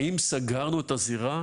האם סגרנו את הזירה?